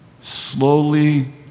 slowly